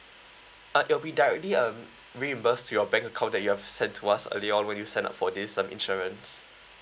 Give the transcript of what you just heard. uh it will be directly um reimbursed to your bank account that you have sent to us early on when you signed up for this um insurance